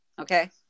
Okay